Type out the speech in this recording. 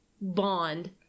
bond